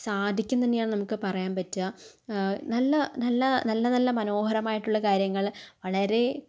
സാധിക്കും തന്നെയാണ് നമുക്ക് പറയാൻ പറ്റുക നല്ല നല്ല നല്ല നല്ല മനോഹരമായിട്ടുള്ള കാര്യങ്ങള് വളരെ